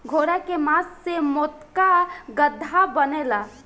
घोड़ा के मास से मोटका गद्दा बनेला